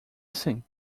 assim